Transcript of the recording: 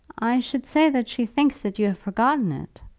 i should say that she thinks that you have forgotten it.